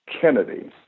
Kennedy